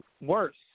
worse